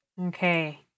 Okay